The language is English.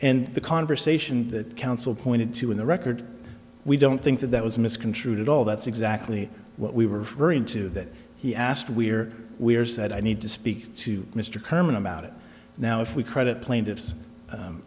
and the conversation that counsel pointed to in the record we don't think that that was misconstrued at all that's exactly what we were really into that he asked we're we are is that i need to speak to mr kerman about it now if we credit plaintiff's